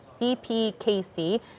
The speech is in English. CPKC